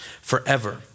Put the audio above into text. forever